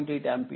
8 ampere